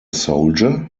soldier